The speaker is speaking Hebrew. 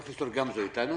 פרופ' גמזו איתנו?